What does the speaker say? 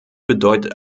bedeutet